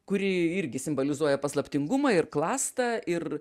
kuri irgi simbolizuoja paslaptingumą ir klastą ir